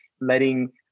letting